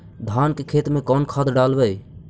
धान के खेत में कौन खाद डालबै?